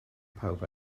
pawb